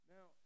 Now